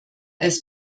als